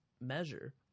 measure